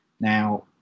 Now